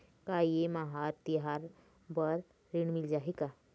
का ये मा हर तिहार बर ऋण मिल जाही का?